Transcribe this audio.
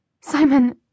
Simon